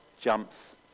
jumps